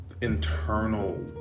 internal